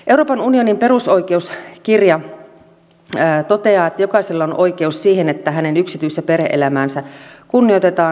euroopan unionin perusoikeuskirja toteaa että jokaisella on oikeus siihen että hänen yksityis ja perhe elämäänsä kunnioitetaan